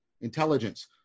intelligence